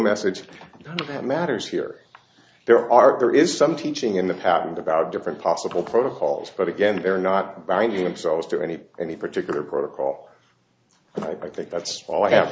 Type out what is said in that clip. message that matters here there are there is some teaching in the patent about different possible protocols but again they're not binding themselves to any any particular protocol and i think that's all i have